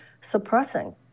suppressing